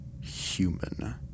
human